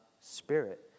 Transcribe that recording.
spirit